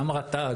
גם רט"ג,